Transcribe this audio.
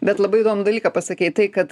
bet labai įdomų dalyką pasakei tai kad